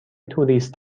توریست